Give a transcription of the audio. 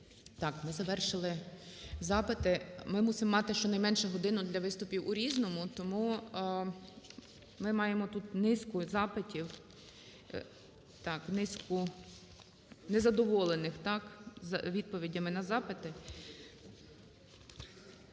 Так, ми завершили запити. Ми мусимо мати щонайменше годину для виступів у "Різному". Тому ми маємо тут низку запитів. Так, низку незадоволених, так, з відповідями на запити.